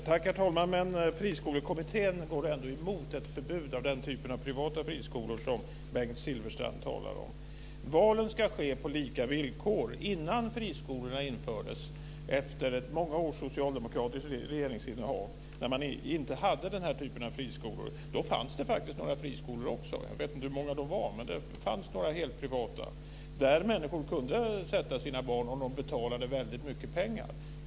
Herr talman! Men Friskolekommittén går ändå emot ett förbud mot den typ av privata friskolor som Valen ska ske på lika villkor. Innan friskolorna infördes, efter många års socialdemokratiskt regeringsinnehav när man inte hade den här typen av friskolor, fanns det faktiskt några friskolor. Jag vet inte hur många det var, men det fanns några helt privata, där människor kunde sätta sina barn om de betalade väldigt mycket pengar.